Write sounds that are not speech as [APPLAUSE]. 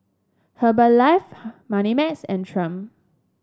Herbalife [UNINTELLIGIBLE] Moneymax and Triumph